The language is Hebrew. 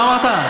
מה אמרת?